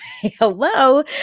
hello